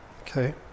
Okay